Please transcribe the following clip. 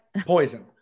poison